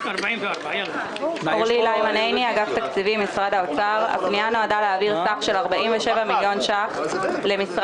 44 פניות 454 עד 455. הפנייה נועדה להעביר 47 מיליון שקל למשרד